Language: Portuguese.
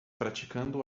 praticando